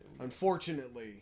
Unfortunately